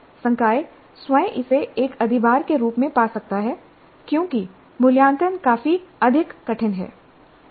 संकाय स्वयं इसे एक अधिभार के रूप में पा सकता है क्योंकि मूल्यांकन काफी अधिक कठिन है